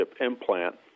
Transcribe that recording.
implant